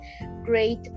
great